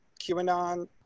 QAnon